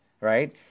right